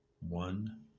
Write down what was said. One